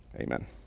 Amen